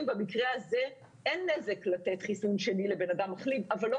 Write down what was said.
במקרה הזה אין נזק לתת חיסון שני לבן אדם מחלים אבל לא